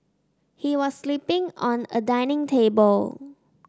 he was sleeping on a dining table